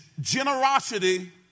generosity